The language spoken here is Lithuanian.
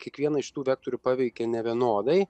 kiekvieną iš tų vektorių paveikia nevienodai